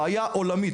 בעיה עולמית.